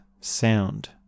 sound